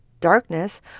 darkness